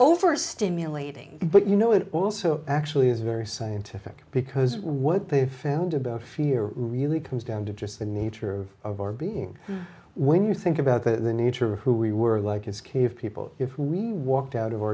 overstimulating but you know it also actually is very scientific because what they found about fear really can down to just the nature of our being when you think about the nature of who we were like his cave people if we walked out o